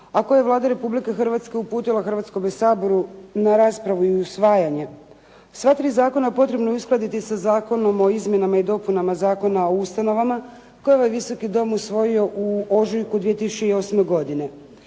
a koje je Vlada Republike Hrvatske uputila Hrvatskome saboru na raspravu i usvajanje. Sva tri zakona potrebno je uskladiti sa Zakonom o izmjenama i dopunama Zakona o ustanovama koje je ovaj Visoki dom usvojio u ožujku 2008. godine.